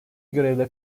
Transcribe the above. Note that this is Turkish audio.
görevle